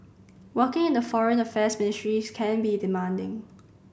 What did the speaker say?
working in the Foreign Affairs Ministry can be demanding